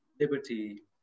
liberty